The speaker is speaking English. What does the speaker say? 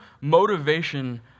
motivation